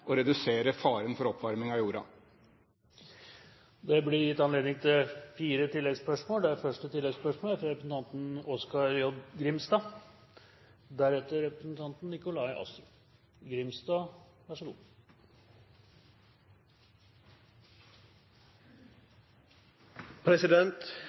redusere faren for oppvarming av jorda. Det blir gitt anledning til fire oppfølgingsspørsmål – først representanten Oskar J. Grimstad.